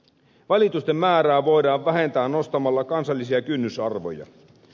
valitusten määrää voidaan vähentää nostamalla kansallisia kynnysarvoja